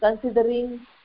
considering